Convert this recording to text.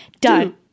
done